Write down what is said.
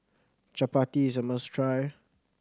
chapati is a must try